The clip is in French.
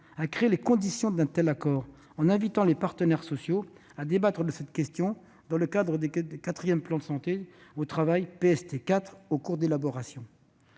à créer les conditions d'un tel accord, en invitant les partenaires sociaux à débattre de cette question dans le cadre du quatrième plan Santé au travail, en cours d'élaboration.